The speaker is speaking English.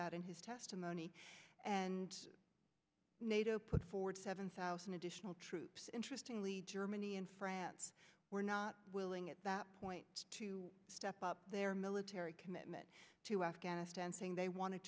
that in his testimony and nato put forward seven thousand additional troops interesting lead germany and france were not willing at that point to step up their military commitment to afghanistan saying they wanted